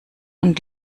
und